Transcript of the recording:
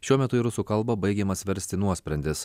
šiuo metu į rusų kalbą baigiamas versti nuosprendis